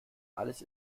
alles